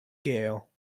gale